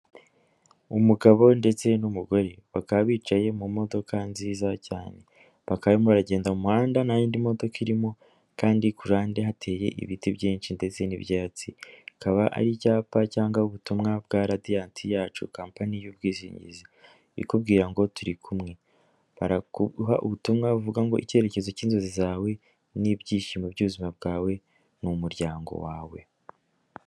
Umugabo ndetse n'umugore bakaba bicaye mu modoka nziza cyane bakayimuragenda mu muhanda n'yinindi modoka irimo kandi i kurande hateye ibiti byinshi ndetse n'ibyatsi ikaba ari icyapa cyangwa ubutumwa bwa radiant yacu companiy y'ubwishingizi ikubwira ngo turi kumweha ubutumwavuga ngo icyerekezo cy'inzozi zawe n'ibyishimo by'ubuzima bwawe numuryango wawe.